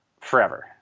forever